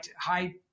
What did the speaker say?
high